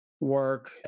work